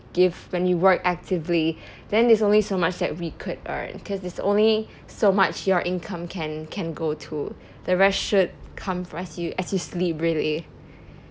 give when you work actively then there's only so much that we could earn because there's only so much your income can can go to the rest should come for us you as you sleep really